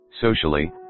socially